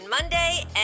Monday